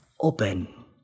open